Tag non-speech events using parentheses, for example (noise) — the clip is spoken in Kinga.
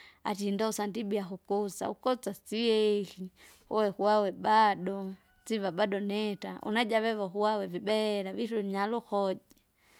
Atie indosa ndibia kukusa ukotsa siehi, uwe kuawe bado, (noise) siva bado niita unajavevo kuawe vibera vitu unyalukoje.